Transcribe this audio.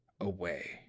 away